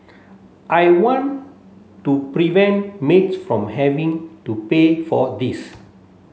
I want to prevent maids from having to pay for this